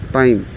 time